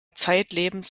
zeitlebens